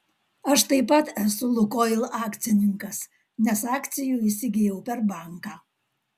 aš taip pat esu lukoil akcininkas nes akcijų įsigijau per banką